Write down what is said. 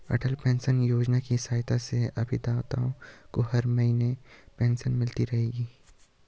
अटल pension Yojana की सहायता से अभिदाताओं को हर महीने पेंशन मिलती रहेगी